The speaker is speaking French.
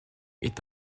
est